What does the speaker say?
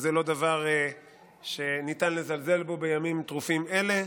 וזה לא דבר שניתן לזלזל בו בימים טרופים אלה.